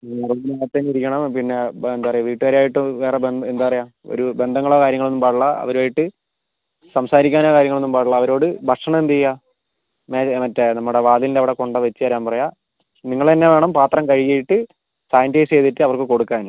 പിന്നെ റൂമിന് അകത്തു തന്നെ ഇരിക്കണം പിന്നെ ഇപ്പോൾ എന്താ പറയുക വീട്ടുകാരുമായിട്ട് വേറെ എന്താ പറയുക ഒരു ബന്ധങ്ങളോ കാര്യങ്ങളോ ഒന്നും പാടില്ല അവരുമായിട്ട് സംസാരിക്കാനോ കാര്യങ്ങളോ ഒന്നും പാടില്ല അവരോട് ഭക്ഷണം എന്ത് ചെയ്യുക മേലെ മറ്റേ നമ്മുടെ വാതിലിൻ്റെ അവിടെ കൊണ്ടു വച്ച് തരാൻ പറയുക നിങ്ങൾ തന്നെ വേണം പാത്രം കഴുകിയിട്ട് സാനിറ്റൈസ് ചെയ്തിട്ട് അവർക്കു കൊടുക്കാൻ